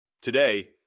Today